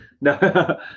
No